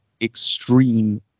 extreme